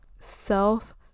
self